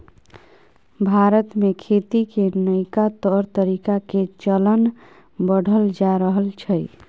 भारत में खेती के नइका तौर तरीका के चलन बढ़ल जा रहल छइ